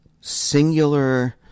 singular